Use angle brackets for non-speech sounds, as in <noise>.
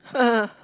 <laughs>